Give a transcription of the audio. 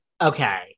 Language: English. Okay